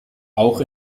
auch